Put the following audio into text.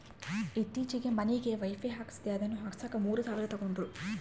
ಈತ್ತೀಚೆಗೆ ಮನಿಗೆ ವೈಫೈ ಹಾಕಿಸ್ದೆ ಅದನ್ನ ಹಾಕ್ಸಕ ಮೂರು ಸಾವಿರ ತಂಗಡ್ರು